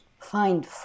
Find